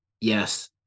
Yes